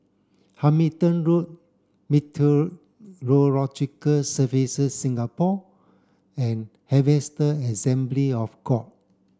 Hamilton Road Meteorological Services Singapore and Harvester Assembly of God